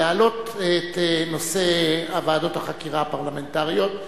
להעלות את נושא ועדות החקירה הפרלמנטריות,